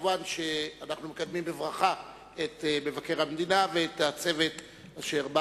אנחנו מקדמים בברכה את מבקר המדינה ואת הצוות אשר בא